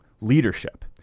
leadership